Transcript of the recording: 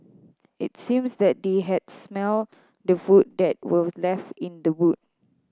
it seems that they had smelt the food that were left in the boot